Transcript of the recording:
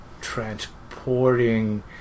transporting